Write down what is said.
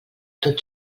tot